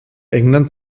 england